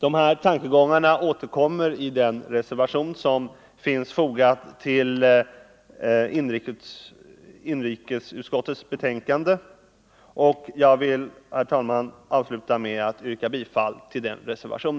Dessa tankegångar återkommer i den reservation som är fogad vid inrikesutskottets betänkande. Jag vill, herr talman, yrka bifall till denna reservation.